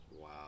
wow